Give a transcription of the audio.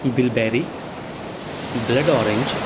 bilberry blood orange